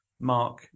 Mark